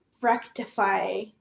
rectify